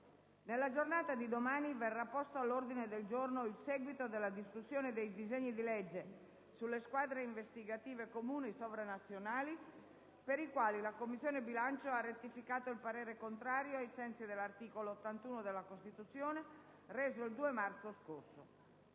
nella giornata di domani verrà posto all'ordine del giorno il seguito della discussione dei disegni di legge sulle squadre investigative comuni sovranazionali, per i quali la Commissione bilancio ha rettificato il parere contrario ai sensi dell'articolo 81 della Costituzione, reso il 2 marzo scorso.